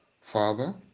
Father